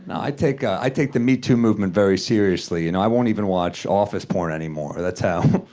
no, i take i take the metoo movement very seriously. you know i won't even watch office porn anymore. that's how.